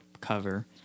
cover